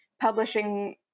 publishing